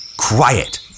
Quiet